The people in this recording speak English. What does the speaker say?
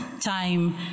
time